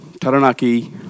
Taranaki